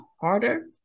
harder